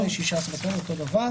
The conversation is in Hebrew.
בתשרי התשפ"ב (16 בספטמבר 2021)"; אותו דבר.